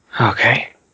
Okay